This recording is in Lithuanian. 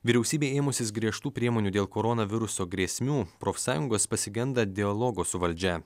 vyriausybei ėmusis griežtų priemonių dėl koronaviruso grėsmių profsąjungos pasigenda dialogo su valdžia